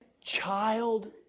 child